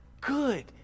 good